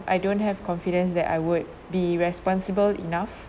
I don't have confidence that I would be responsible enough